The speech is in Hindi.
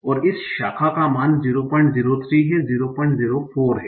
और इस शाखा का मान 003 004 है